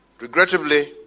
Regrettably